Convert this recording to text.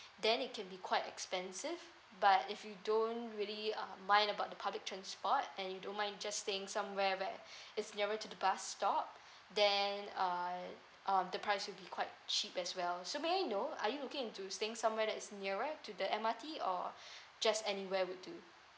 then it can be quite expensive but if you don't really um mind about the public transport and you don't mind you just staying somewhere where it's nearer to the bus stop then uh um the price will be quite cheap as well so may I know are you looking into staying somewhere that's nearer to the M_R_T or just anywhere will do